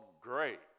great